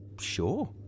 Sure